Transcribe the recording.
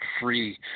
free